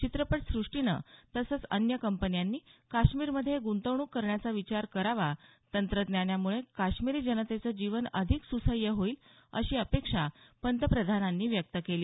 चित्रपट सुष्टीनं तसंच अन्य कंपन्यांनी काश्मीरमध्ये ग्रंतवणूक करण्याचा विचार करावा तंत्रज्ञानामुळे काश्मिरी जनतेचं जीवन अधिक सुसह्य होईल अशी अपेक्षा पंतप्रधानांनी व्यक्त केली